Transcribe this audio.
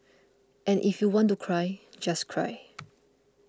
and if you want to cry just cry